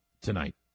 tonight